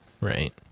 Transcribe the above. right